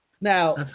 Now